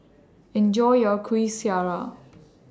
Enjoy your Kueh Syara